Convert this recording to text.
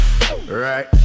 Right